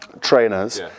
trainers